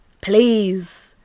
please